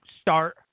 Start